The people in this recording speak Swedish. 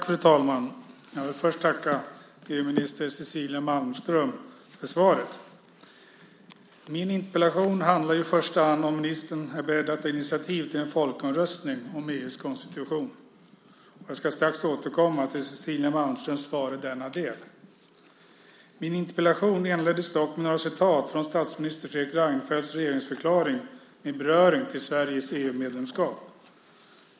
Fru talman! Jag vill först tacka EU-minister Cecilia Malmström för svaret. Min interpellation handlar i första hand om ministern är beredd att ta initiativ till en folkomröstning om EU:s konstitution. Jag ska strax återkomma till Cecilia Malmströms svar i denna del. Min interpellation inleddes dock med några citat från statsminister Fredrik Reinfeldts regeringsförklaring med beröring till Sveriges EU-medlemskap.